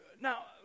Now